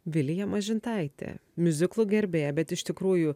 vilija mažintaitė miuziklų gerbėja bet iš tikrųjų